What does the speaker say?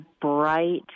bright